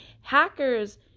Hackers